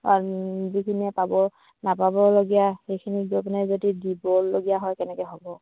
যিখিনিয়ে পাব নাপাবলগীয়া সেইখিনিক গৈ পিনে যদি দিবলগীয়া হয় কেনেকৈ হ'ব